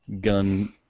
gun